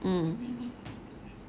mm